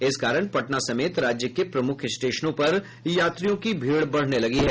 इस कारण पटना समेत राज्य के प्रमुख स्टेशनों पर यात्रियों की भीड़ बढ़ने लगी है